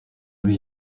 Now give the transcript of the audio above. muri